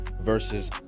versus